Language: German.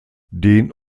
den